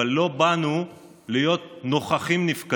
אבל לא באנו להיות נוכחים-נפקדים.